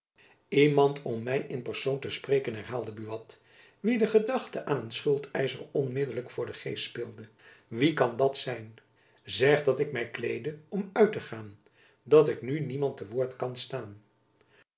iemand om my in persoon te spreken herhaalde buat wien de gedachte aan een schuldeischer onmiddelijk voor den geest speelde wie kan dat zijn zeg dat ik my kleede om uit te gaan dat ik nu niemand te woord kan staan